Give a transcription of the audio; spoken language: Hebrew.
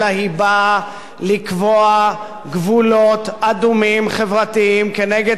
אלא היא באה לקבוע גבולות אדומים חברתיים כנגד